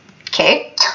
Okay